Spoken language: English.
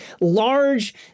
large